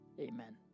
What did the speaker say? Amen